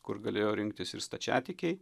kur galėjo rinktis ir stačiatikiai